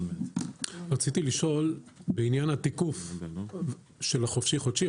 רציתי לשאול בעניין התיקוף של החופשי חודשי,